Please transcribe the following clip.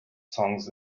songs